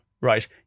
right